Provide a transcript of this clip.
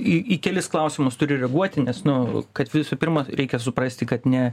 į į kelis klausimus turiu reaguoti nes nu kad visų pirma reikia suprasti kad ne